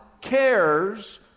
cares